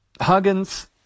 Huggins